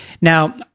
Now